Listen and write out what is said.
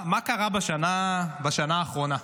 מה קרה בשנה האחרונה.